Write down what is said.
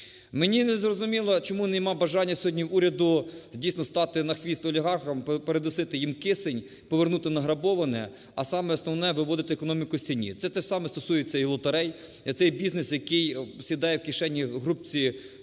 Мені не зрозуміло, чому нема бажання сьогодні в уряді дійсно стати "на хвіст" олігархам, "перетиснути їм кисень", повернути награбоване, а саме основне – виводити економіку з тіні. Це те саме стосується і лотерей – це бізнес, який сідає в кишені групки певних